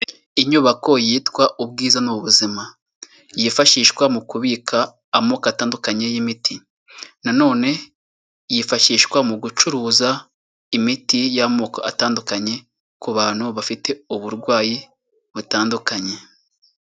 Inyubako yitwa ubwiza ni ubuzima. Yifashishwa mu kubika amoko atandukanye y'imiti. Na none, yifashishwa mu gucuruza imiti y'amoko atandukanye, ku bantu bafite uburwayi butandukanye.